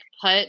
put